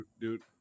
dude